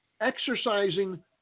exercising